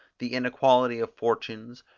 the inequality of fortunes,